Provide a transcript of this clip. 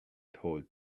told